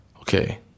Okay